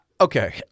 Okay